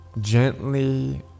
gently